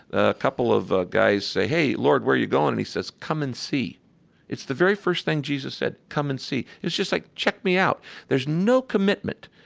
a couple of ah guys say, hey, lord, where are you going? and he says, come and see it's the very first thing jesus said, come and see it's just like, check me out there's no commitment.